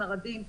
ערבים,